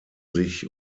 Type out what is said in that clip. sich